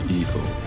evil